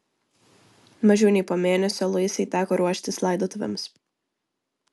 mažiau nei po mėnesio luisai teko ruoštis laidotuvėms